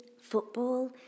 football